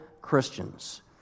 Christians